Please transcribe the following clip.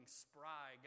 spry